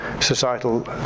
societal